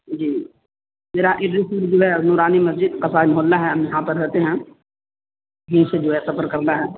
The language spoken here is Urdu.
جی میرا ایڈریس جو ہے نورانی مسجد قصائی محلہ ہے ہم یہاں پر رہتے ہیں جی اس سے جو ہے سفر کرنا ہے